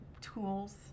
tools